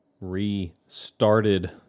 restarted